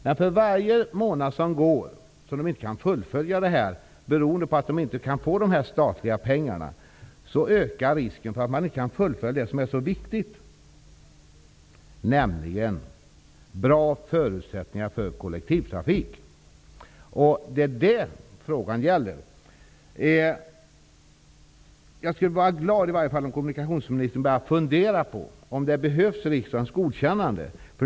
Men för varje månad som går, utan att de statliga medlen betalas ut, ökar risken för att det som är så viktigt, nämligen bra förutsättningar för en bra kollektivtrafik, inte fullföljs. Det är det som frågan gäller. Jag skulle vara glad om kommunikationsministern började fundera över om riksdagens godkännande behövs.